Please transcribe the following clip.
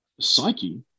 psyche